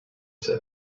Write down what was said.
said